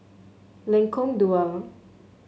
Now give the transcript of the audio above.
Lengkong Dua